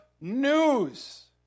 news